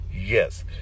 Yes